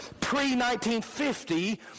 pre-1950